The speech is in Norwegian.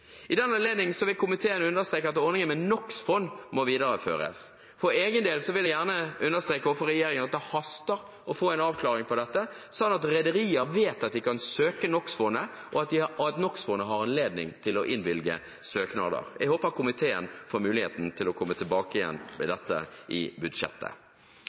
I den anledning vil komiteen understreke at ordningen med NOx-fond må videreføres. For egen del vil jeg gjerne understreke overfor regjeringen at det haster å få en avklaring på dette sånn at rederier vet at de kan søke NOx-fondet, og at NOx-fondet har anledning til å innvilge søknader. Jeg håper komiteen får muligheten til å komme tilbake igjen til dette i forbindelse med budsjettet.